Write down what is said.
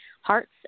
hearts